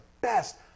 best